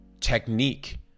technique